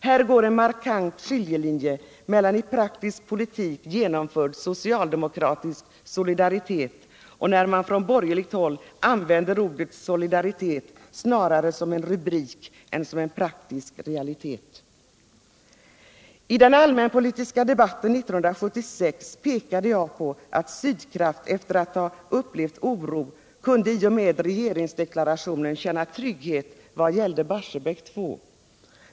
Här går en markant skiljelinje mellan i praktisk politik genomförd socialdemokratisk solidaritet och när man från borgerligt håll använder ordet solidaritet snarare som en rubrik än som en praktisk realitet. I den allmänpolitiska debatten 1976 pekade jag på att Sydkraft efter att ha upplevt oro i och med regeringsdeklarationen kunde känna trygghet vad gällde Barsebäck 2.